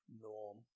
norm